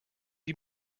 you